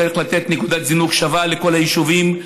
צריך לתת נקודת זינוק שווה לכל היישובים.